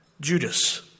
Judas